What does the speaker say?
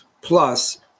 plus